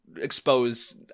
expose